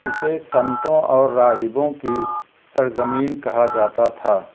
اسے سنتوں اور راہبوں کی سر زمین کہا جاتا تھا